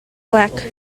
clark